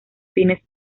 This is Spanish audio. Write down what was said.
fines